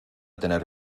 tener